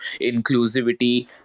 inclusivity